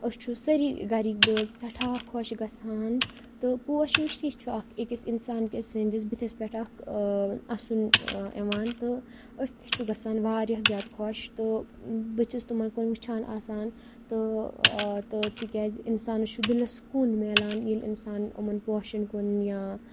أسۍ چھُ سٲری گَرِکۍ بٲژ سٮ۪ٹھاہ خۄش گژھان تہٕ پوش وُچھِتھٕے چھُ اَکھ أکِس اِنسان کِس سٕنٛدِس بُتھِس پٮ۪ٹھ اَکھ اَسُن یِوان تہٕ أسۍ تہِ چھُ گَژھان واریاہ زیادٕ خۄش تہٕ بہٕ چھَس تِمَن کُن وُچھان آسان تہٕ تہٕ تِکیٛازِ اِنسانَس چھُ دِلَس سکوٗن میلان ییٚلہِ اِنسان یِمَن پوشَن کُن یا